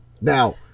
Now